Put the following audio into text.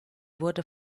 wurde